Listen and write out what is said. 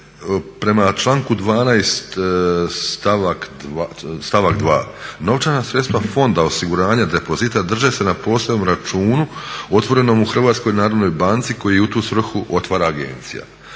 prema članku 12. stavak 2. novčana sredstva Fonda osiguranja depozita drže se na posebnom računu otvorenom u HNB-u koji u tu svrhu otvara agencija.